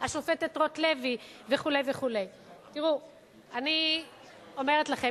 השופטת רוטלוי וכו' אני אומרת לכם,